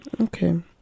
Okay